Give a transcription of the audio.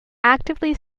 actively